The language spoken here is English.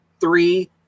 three